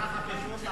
האזרח הפשוט,